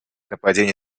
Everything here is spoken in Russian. нападения